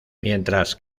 mientras